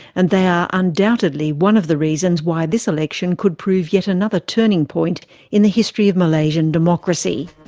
and they are undoubtedly one of the reasons why this election could prove yet another turning point in the history of malaysian democracy.